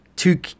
two